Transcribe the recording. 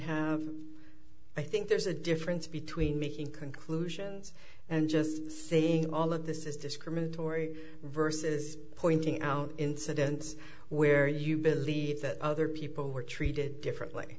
have i think there's a difference between making conclusions and just seeing all of this is discriminatory versus pointing out incidents where you believe that other people were treated differently